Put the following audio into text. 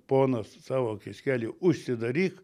ponas savo kioskelį užsidaryk